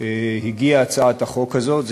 הגיעה הצעת החוק הזאת.